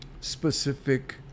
specific